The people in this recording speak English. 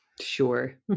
sure